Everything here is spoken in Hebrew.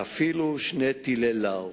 ואפילו שני טילי "לאו".